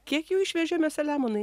kiek jų išvežėme selemonai